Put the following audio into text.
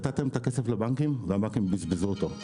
נתתם את הכסף לבנקים, והבנקים בזבזו אותו.